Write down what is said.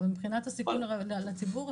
מבחינת הסיכון לציבור,